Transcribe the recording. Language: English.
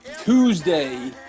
Tuesday